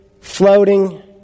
floating